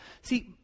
See